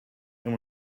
and